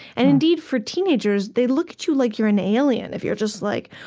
and indeed, for teenagers, they look at you like you're an alien if you're just like,